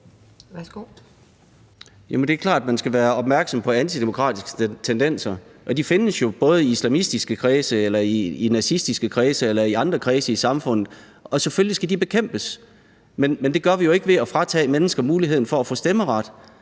det er klart, at man skal være opmærksom på antidemokratiske tendenser. De findes jo både i islamistiske kredse, i nazistiske kredse og i andre kredse i samfundet, og selvfølgelig skal de bekæmpes. Men det gør vi jo ikke ved at fratage mennesker muligheden for at få stemmeret.